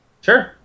sure